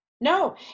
No